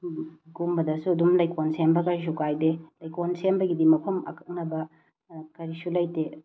ꯒꯨꯝꯕꯗꯁꯨ ꯑꯗꯨꯝ ꯂꯩꯀꯣꯟ ꯁꯦꯝꯕ ꯀꯔꯤꯁꯨ ꯀꯥꯏꯗꯦ ꯂꯩꯀꯣꯟ ꯁꯦꯝꯕꯒꯤꯗꯤ ꯃꯐꯝ ꯑꯀꯛꯅꯕ ꯀꯔꯤꯁꯨ ꯂꯩꯇꯦ